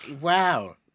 wow